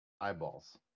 eyeballs